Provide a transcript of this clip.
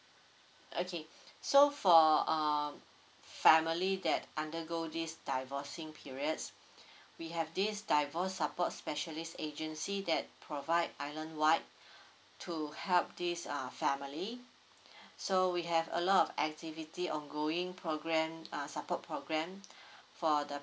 okay so for uh family that undergo this divorcing periods we have this divorce support specialist agency that provide island wide to help these uh family so we have a lot of activity ongoing program uh supper program for the